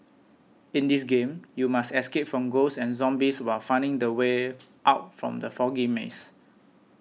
in this game you must escape from ghosts and zombies while finding the way out from the foggy maze